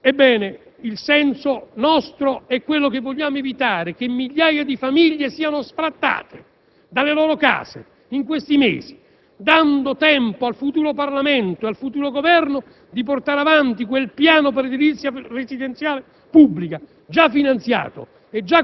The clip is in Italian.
Ebbene, noi desideriamo evitare che migliaia di famiglie siano sfrattate dalle loro case in questi mesi, dando tempo al futuro Parlamento e al futuro Governo di portare avanti il piano per l'edilizia residenziale pubblica, già finanziato